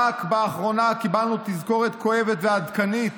רק באחרונה קיבלנו תזכורת כואבת ועדכנית